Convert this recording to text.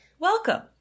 Welcome